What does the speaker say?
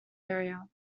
area